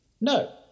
no